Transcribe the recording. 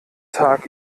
tag